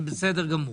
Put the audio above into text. זה בסדר גמור.